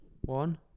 one